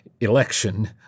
election